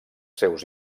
seus